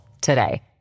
today